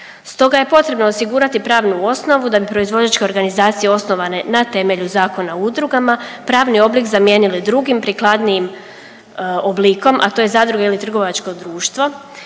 Stoga je potrebno osigurati pravnu osnovu da bi proizvođačke organizacije osnovane na temelju Zakona o udrugama pravni oblik zamijenile drugim prikladnijim oblikom, a to je zadruga ili trgovačko društvo